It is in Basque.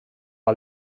lan